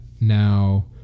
Now